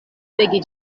legi